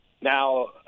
now